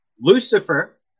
Lucifer